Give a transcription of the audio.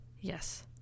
Yes